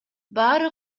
баары